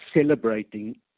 celebrating